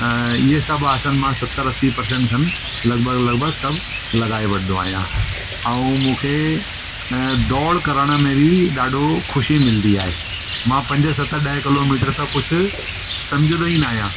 हीअ सभु आसन मां सतरि असी पर्सेंट खनि लॻभॻि लॻभॻि सभु लॻाए वठंदो आहियां ऐं मूंखे दौड़ करण में बि ॾाढो ख़ुशी मिलंदी आहे मां पंज सत ॾह किलोमीटर त कुझ सम्झदो ई न आहियां